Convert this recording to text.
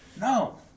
no